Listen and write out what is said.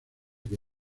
que